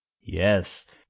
Yes